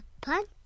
punch